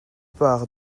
par